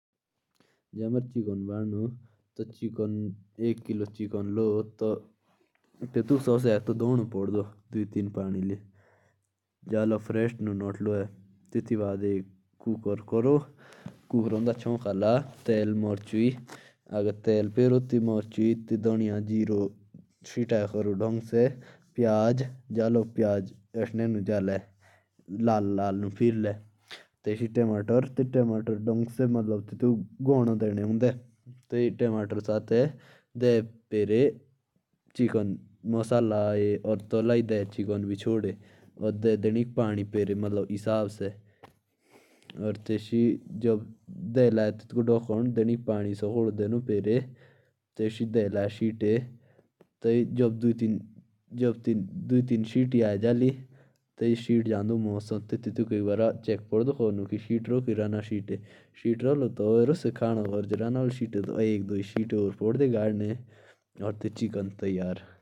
जैसे चिकन होता है। तो उसे बनाना में दस मिन का वक्त लगता है। और दस मिन में वो तैयार हो जाता है बस।